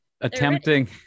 attempting